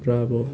र अब